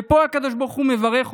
ופה הקדוש ברוך הוא מברך אותו: